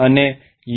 અને યુ